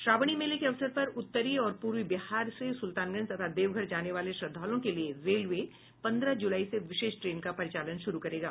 श्रावणी मेले के अवसर पर उत्तरी और पूर्वी बिहार से सुल्तानगंज तथा देवघर जाने वाले श्रद्धालुओं के लिए रेलवे पंद्रह जुलाई से विशेष ट्रेन का परिचालन शुरु करेगा